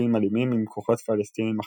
מחיכוכים אלימים עם כוחות פלסטיניים אחים.